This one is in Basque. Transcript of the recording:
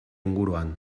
inguruan